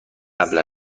قبل